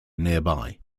nearby